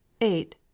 eight